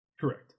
Correct